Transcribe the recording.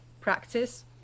practice